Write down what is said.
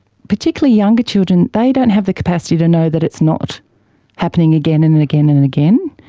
particularly younger children, they don't have the capacity to know that it's not happening again and and again and and again.